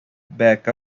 back